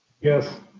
yes.